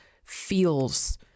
Feels